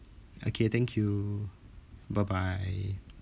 okay thank you bye bye